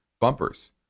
bumpers